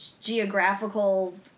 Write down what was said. geographical